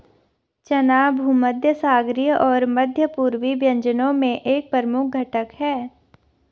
चना भूमध्यसागरीय और मध्य पूर्वी व्यंजनों में एक प्रमुख घटक है